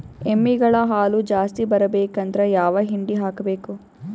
ಎಮ್ಮಿ ಗಳ ಹಾಲು ಜಾಸ್ತಿ ಬರಬೇಕಂದ್ರ ಯಾವ ಹಿಂಡಿ ಹಾಕಬೇಕು?